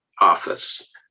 office